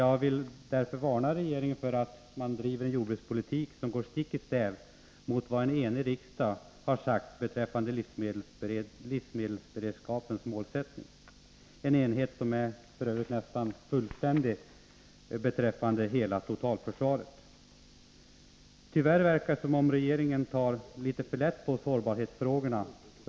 Jag vill därför varna regeringen för att driva en jordbrukspolitik som går stick i stäv med vad en enig riksdag har sagt beträffande livsmedelsberedskapens mål — enigheten i riksdagen är f.ö. nästan fullständig när det gäller totalförsvaret. Tyvärr verkar det som om regeringen tar litet för lätt på sårbarhetsfrågorna.